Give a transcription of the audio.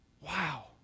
Wow